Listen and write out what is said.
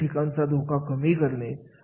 कामाचे ठिकाण चा धोका कमी करणे